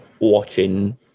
watching